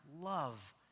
love